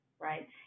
right